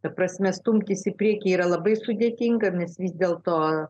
ta prasme stumtis į priekį yra labai sudėtinga nes vis dėl to